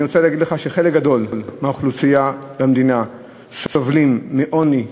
אני רוצה להגיד לך שחלק גדול מהאוכלוסייה במדינה סובלים מעוני,